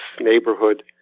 neighborhood